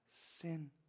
sin